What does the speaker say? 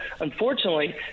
unfortunately